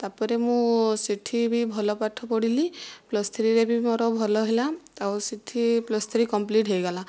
ତାପରେ ମୁଁ ସେଠି ବି ଭଲ ପାଠ ପଢ଼ିଲି ପ୍ଲସ୍ ଥ୍ରୀରେ ବି ମୋର ଭଲ ହେଲା ଆଉ ସେଇଠି ପ୍ଲସ୍ ଥ୍ରୀ କମ୍ପ୍ଲିଟ୍ ହୋଇଗଲା